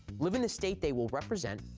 live in this state they will represent,